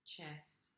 Chest